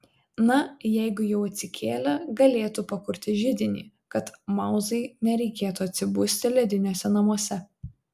na jeigu jau atsikėlė galėtų pakurti židinį kad mauzai nereikėtų atsibusti lediniuose namuose